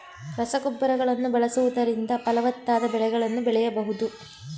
ರಸಗೊಬ್ಬರಗಳನ್ನು ಬಳಸುವುದರಿಂದ ಫಲವತ್ತಾದ ಬೆಳೆಗಳನ್ನು ಬೆಳೆಯಬಹುದೇ?